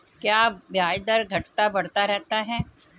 क्या ब्याज दर घटता बढ़ता रहता है?